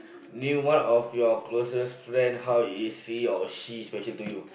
name one of your closest friend how is he or she special to you